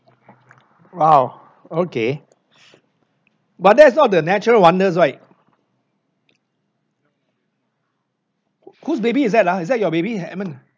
!wow! okay but that is not the natural wonders right whose baby is that ah is that your baby edmund